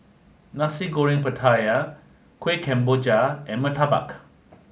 Nasi Goreng Pattaya Kueh Kemboja and Murtabak